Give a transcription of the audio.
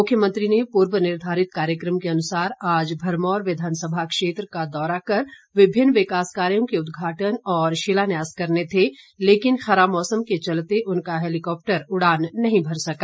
मुख्यमंत्री को पूर्व निर्धारित कार्यक्रम के अनुसार आज भरमौर विधानसभा क्षेत्र का दौरा कर विभिन्न विकास कार्यो के उद्घाटन और शिलान्यास करने थे लेकिन खराब मौसम के चलते उनका हैलीकॉप्टर उड़ान नहीं भर सका